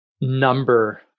number